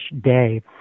day